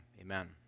Amen